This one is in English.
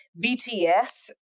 BTS